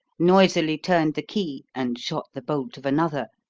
noisily turned the key, and shot the bolt of another,